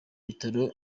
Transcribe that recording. bitaro